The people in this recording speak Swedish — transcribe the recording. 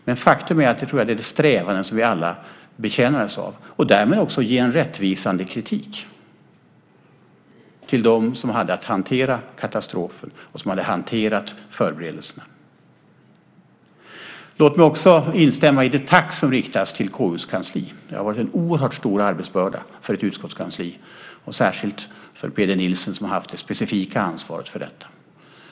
Men faktum är att det är det strävande som vi alla betjänar oss av. Därmed ska vi också ge en rättvisande kritik till dem som hade att hantera katastrofen och som hade hanterat förberedelserna. Låt mig också instämma i det tack som riktas till KU:s kansli. Det har varit en oerhört stor arbetsbörda för ett utskottskansli och särskilt för Peder Nielsen som har haft det specifika ansvaret för detta.